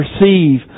receive